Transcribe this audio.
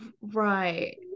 right